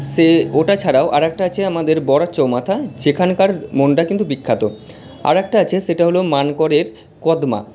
সে ওটা ছাড়াও আরেকটা আছে আমাদের বড়া চৌমাথা যেখানকার মন্ডা কিন্তু বিখ্যাত আরেকটা আছে সেটা হল মানকরের কদমা